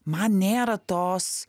man nėra tos